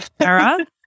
Sarah